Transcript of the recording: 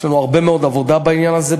יש לנו הרבה מאוד עבודה בעניין הזה.